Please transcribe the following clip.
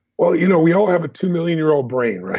well, you know we all have a two million year old brain,